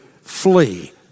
flee